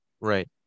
right